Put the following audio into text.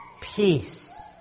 Peace